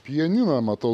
pianiną matau